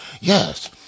Yes